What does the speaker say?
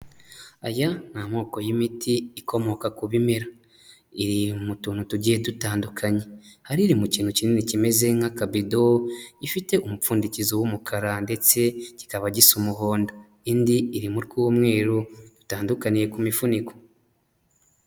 Aya ni amoko y'imiti ikomoka ku bimera iri mu tuntu tugiye dutandukanye, hari iri mu kintu kinini kimeze nk'akabido gifite umupfundikizizo w'umukara ndetse kikaba gisa umuhondo, indi iri mu tw'umweru bitandukaniye ku mifuniko.